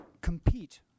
compete